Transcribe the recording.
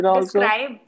describe